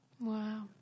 Wow